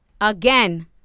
Again